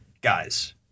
Guys